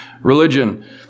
religion